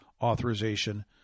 authorization